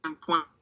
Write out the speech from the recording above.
point